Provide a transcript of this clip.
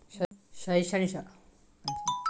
ಶೈಕ್ಷಣಿಕ ಸಾಲದ ಬಡ್ಡಿ ದರ ಎಷ್ಟು?